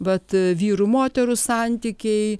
vat vyrų moterų santykiai